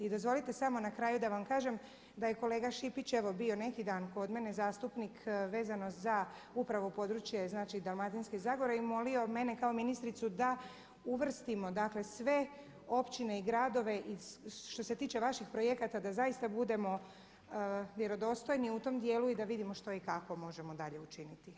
I dozvolite samo na kraju da vam kažem da je kolega Šipić evo bio neki dan kod mene zastupnik vezano za upravo područje, znači Dalmatinske zagore i molio mene kao ministricu da uvrstimo, dakle sve općine i gradove i što se tiče vaših projekata da zaista budemo vjerodostojni u tom dijelu i da vidimo što i kako možemo dalje učiniti.